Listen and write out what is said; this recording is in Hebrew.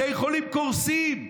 בתי חולים קורסים,